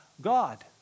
God